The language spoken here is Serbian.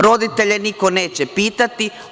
Roditelje niko neće pitati.